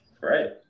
Right